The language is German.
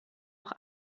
auch